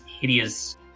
hideous